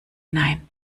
nein